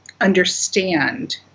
understand